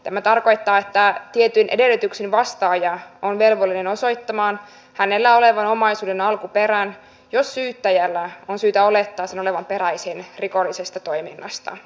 tämä tarkoittaa että tietyin edellytyksin vastaaja on velvollinen osoittamaan hänellä olevan omaisuuden alkuperän jos syyttäjällä on syytä olettaa sen olevan peräisin rikollisesta toiminnasta